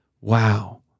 wow